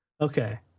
Okay